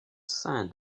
sein